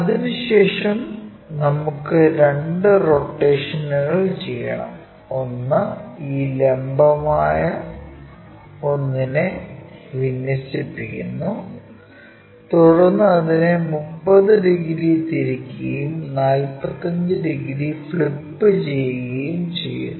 അതിനുശേഷം നമുക്ക് രണ്ട് റൊട്ടേഷനുകൾ ചെയ്യണം ഒന്ന് ഈ ലംബമായ ഒന്നിനെ വിന്യസിക്കുന്നു തുടർന്ന് അതിനെ 30 ഡിഗ്രി തിരിക്കുകയും 45 ഡിഗ്രി ഫ്ലിപ്പു ചെയ്യുകയും ചെയ്യുന്നു